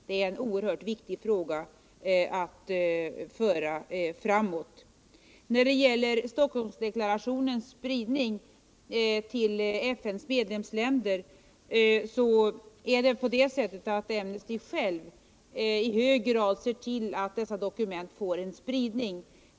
Det är en oerhört viktig fråga att föra framåt. När det gäller Stockholmsdeklarationens spridning till FN:s medlemsländer så ser Amnesty själv i hög grad till att sådana här dokument får spridning.